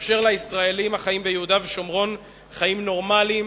נאפשר לישראלים החיים ביהודה ושומרון חיים נורמליים,